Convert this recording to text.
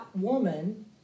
woman